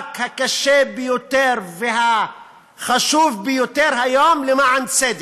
המאבק הקשה ביותר והחשוב ביותר היום למען צדק,